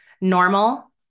normal